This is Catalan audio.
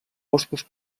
boscos